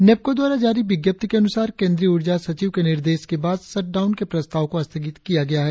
नेपको द्वारा जारी विज्ञप्ति के अनुसार केंद्रीय उर्जा सचिव के निर्देश के बाद शटडाउन के प्रस्ताव को स्थगित किया गया है